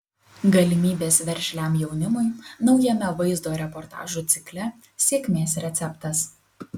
galimybės veržliam jaunimui naujame vaizdo reportažų cikle sėkmės receptas